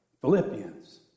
Philippians